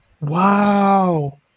Wow